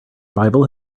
bible